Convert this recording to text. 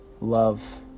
love